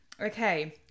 okay